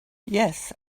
yes